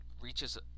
reaches